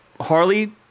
Harley